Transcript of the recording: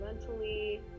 mentally